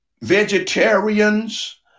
vegetarians